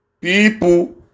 people